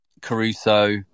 Caruso